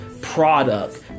product